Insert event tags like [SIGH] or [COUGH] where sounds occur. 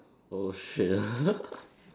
oh shit [LAUGHS]